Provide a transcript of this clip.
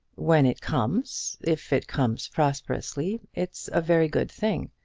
when it comes, if it comes prosperously, it's a very good thing.